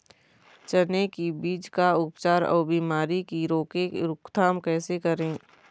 चने की बीज का उपचार अउ बीमारी की रोके रोकथाम कैसे करें?